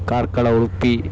Karkala Udupi